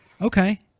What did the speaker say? Okay